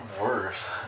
worse